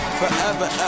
forever